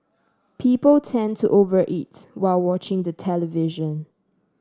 people tend to over eat while watching the television